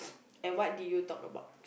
and what did you talk about